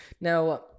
now